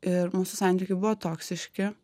ir mūsų santykiai buvo toksiški